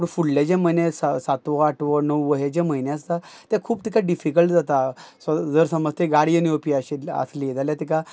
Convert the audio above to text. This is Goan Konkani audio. पूण फुडले जे म्हयने आसा सातवो आठवो णवो हे जे म्हयने आसता ते खूप तिका डिफिकल्ट जाता सो जर समज तें गाडयेन येवपी आशिल्लें आसली जाल्या तिका